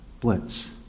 Blitz